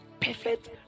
perfect